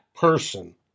person